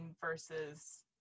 versus